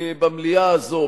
במליאה הזאת,